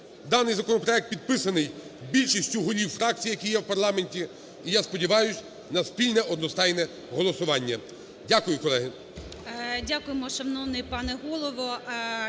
Даний законопроект підписаний більшістю голів фракцій, які є в парламенті і, я сподіваюсь, на спільне одностайне голосування. Дякую, колеги.